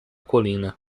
colina